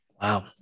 Wow